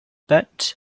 but